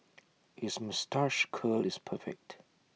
his moustache curl is perfect